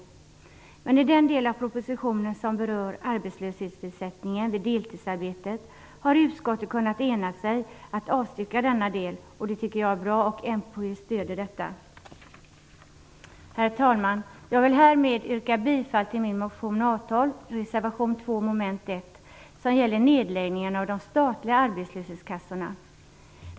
Utskottet har kunnat ena sig om att avstyrka den del av propositionen som berör arbetslöshetsersättningen vid deltidsarbete. Det tycker jag är bra, och Miljöpartiet stöder detta. Herr talman! Jag vill härmed yrka bifall till min motion A12, res. 2, mom. 1, som gäller nedläggning av de statliga arbetslöshetskassorna.